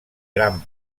gran